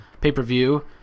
pay-per-view